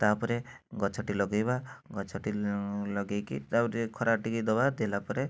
ତା ପରେ ଗଛଟି ଲଗେଇବା ଗଛଟି ଲଗେଇକି ତାକୁ ଟିକିଏ ଖରାରେ ଟିକିଏ ଦବା ଦେଲାପରେ